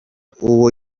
uwo